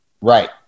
right